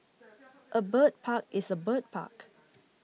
a bird park is a bird park